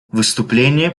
выступление